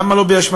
למה לא באשמתם?